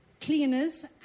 Cleaners